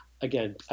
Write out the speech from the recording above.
again